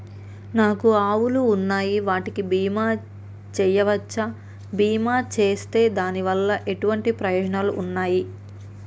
నాకు ఆవులు ఉన్నాయి వాటికి బీమా చెయ్యవచ్చా? బీమా చేస్తే దాని వల్ల ఎటువంటి ప్రయోజనాలు ఉన్నాయి?